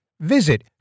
Visit